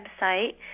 website